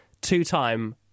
two-time